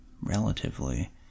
relatively